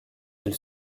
elle